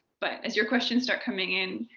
but as your questions start coming in,